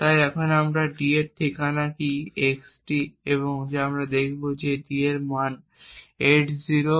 তাই এখন আমরা দেখব d এর ঠিকানা কি xd এবং আমরা যা দেখব তা হল d এর মান 804b008